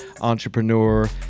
entrepreneur